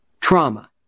trauma